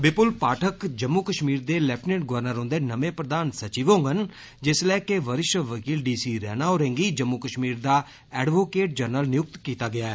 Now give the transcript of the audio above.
थ्बपुल पाठक जम्मू कष्मीर दे lieutenant governor हुंदे नमें प्रधान सचिव होंगन जिसलै कि वरिश्ठ वकील डी सी रैणा होरें गी जम्मू कष्मीर दा एडवोकेट जनरल नियुक्त कीता गेआ ऐ